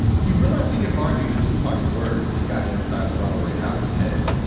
he realized he could argue that tupac's words had gotten inside of ronald ray howard's head